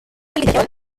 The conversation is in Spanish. religión